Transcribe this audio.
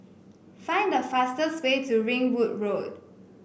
find the fastest way to Ringwood Road